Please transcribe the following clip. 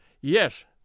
Yes